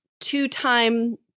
two-time